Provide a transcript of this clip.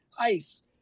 ice